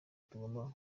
tugomba